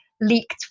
leaked